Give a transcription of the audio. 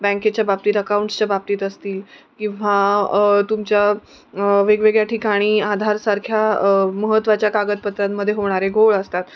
बँकेच्या बाबतीत अकाऊंट्सच्या बाबतीत असतील किंवा तुमच्या वेगवेगळ्या ठिकाणी आधारसारख्या महत्त्वाच्या कागदपत्रांमध्ये होणारे घोळ असतात